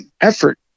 effort